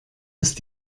ist